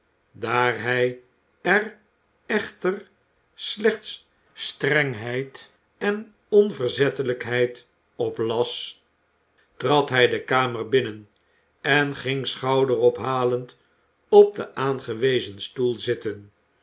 daar hij er echter slechts strengheid en onverzettelijkheid op las trad hij de kamer binnen en ging schouderophalend op den aangewezen stoel zitten